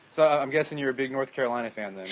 so, i'm guessing you are a big north carolina fan then,